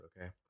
Okay